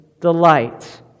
delight